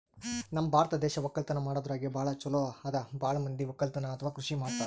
ನಮ್ ಭಾರತ್ ದೇಶ್ ವಕ್ಕಲತನ್ ಮಾಡದ್ರಾಗೆ ಭಾಳ್ ಛಲೋ ಅದಾ ಭಾಳ್ ಮಂದಿ ವಕ್ಕಲತನ್ ಅಥವಾ ಕೃಷಿ ಮಾಡ್ತಾರ್